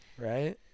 Right